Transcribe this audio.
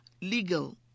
Legal